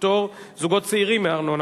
פטור זוגות צעירים מארנונה),